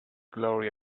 glory